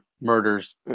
murders